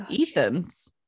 Ethan's